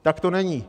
Tak to není.